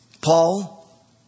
Paul